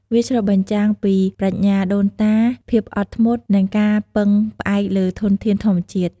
វាឆ្លុះបញ្ចាំងពីប្រាជ្ញាដូនតា ភាពអត់ធ្មត់ និងការពឹងផ្អែកលើធនធានធម្មជាតិ។